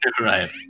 Right